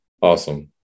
Awesome